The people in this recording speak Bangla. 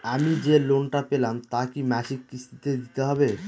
আমি যে লোন টা পেলাম তা কি মাসিক কিস্তি তে দিতে হবে?